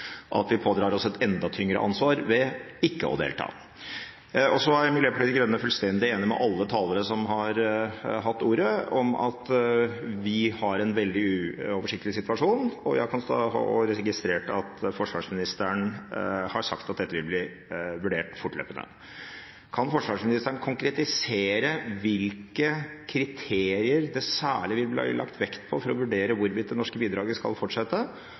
at vi pådrar oss et enda tyngre ansvar ved ikke å delta. Så er Miljøpartiet De Grønne fullstendig enig med alle talere som har hatt ordet, i at vi har en veldig uoversiktlig situasjon. Jeg har registrert at forsvarsministeren har sagt at dette vil bli vurdert fortløpende. Kan forsvarsministeren konkretisere hvilke kriterier det særlig vil bli lagt vekt på for å vurdere hvorvidt det norske bidraget skal fortsette,